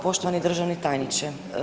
Poštovani državni tajniče.